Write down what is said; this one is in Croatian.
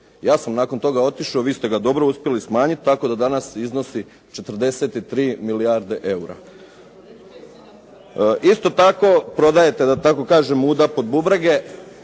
Ja sam nakon toga otišao vi ste ga dobro uspjeli smanjiti, tako da danas iznosi 43 milijarde eura. Isto tako prodajete da tako kažem muda pod bubrege,